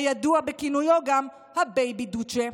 הידוע גם בכינויו הבייבי דוצ'ה.